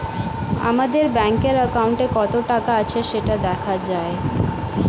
আমাদের ব্যাঙ্কের অ্যাকাউন্টে কত টাকা আছে সেটা দেখা যায়